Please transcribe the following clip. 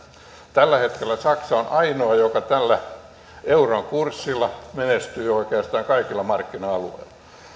tällä hetkellä saksa on ainoa joka tällä euron kurssilla menestyy oikeastaan kaikilla markkina alueilla